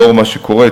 לנוכח מה שקורה,